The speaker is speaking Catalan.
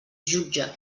jutge